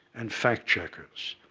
and fact checkers.